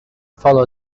follow